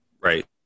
Right